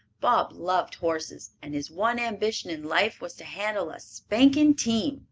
bob loved horses, and his one ambition in life was to handle a spanking team,